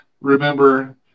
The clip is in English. remember